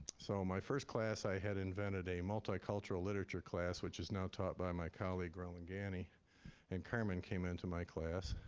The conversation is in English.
so, my first class, i had invented a multicultural literature class which is now taught by my colleague, roland gani and carmen came into my class.